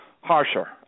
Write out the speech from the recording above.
harsher